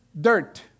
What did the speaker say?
dirt